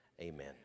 amen